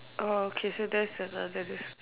oh okay so that's another difference